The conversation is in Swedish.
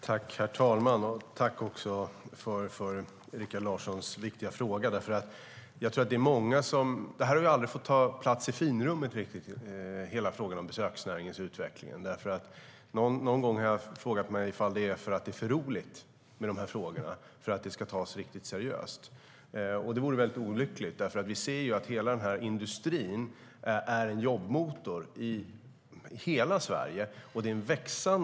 Herr talman! Tack för Rikard Larssons viktiga fråga. Hela frågan om besöksnäringens utveckling har aldrig riktigt fått ta plats i finrummet. Någon gång har jag frågat mig ifall det är för roligt med frågorna för att det ska tas riktigt seriöst. Det vore väldigt olyckligt. Vi ser att hela industrin är en jobbmotor i hela Sverige.